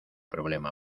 problema